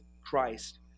Christ